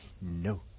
No